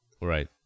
Right